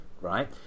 right